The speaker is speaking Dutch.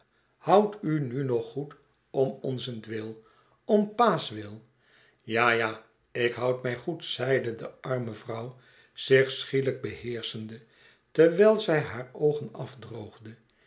houd u nu nog goed om onzentwil om pa's wil ja ja ik houd mij goed zeide de arme vrouw zich schielijk beheerschende terwijl zij haar oogen afdroogde